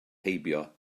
heibio